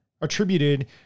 attributed